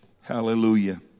Hallelujah